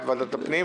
את ועדת הפנים,